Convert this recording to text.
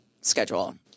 schedule